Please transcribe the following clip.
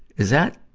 is that,